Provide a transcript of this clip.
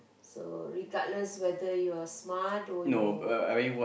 so regardless whether you are smart or you